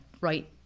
right